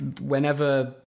whenever